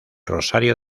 rosario